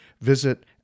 Visit